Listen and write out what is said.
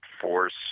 force